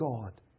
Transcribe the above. God